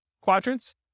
quadrants